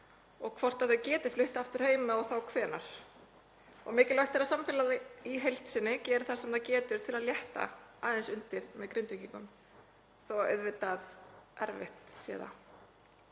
og hvort þau geti flutt aftur heim og þá hvenær. Mikilvægt er að samfélagið í heild sinni geri það sem það getur til að létta aðeins undir með Grindvíkingum þó að auðvitað sé það